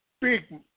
big